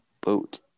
Boat